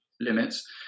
limits